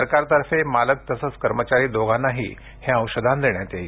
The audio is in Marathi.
सरकारतर्फे मालक तसंच कर्मचारी दोघांनाही हे अंशदान देण्यात येणार आहे